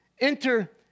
enter